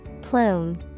Plume